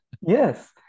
Yes